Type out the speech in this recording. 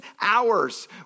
hours